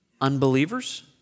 unbelievers